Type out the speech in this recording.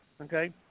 Okay